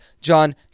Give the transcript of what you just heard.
John